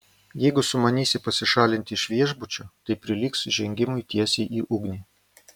jeigu sumanysi pasišalinti iš viešbučio tai prilygs žengimui tiesiai į ugnį